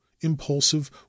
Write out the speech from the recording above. impulsive